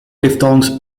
diphthongs